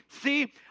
See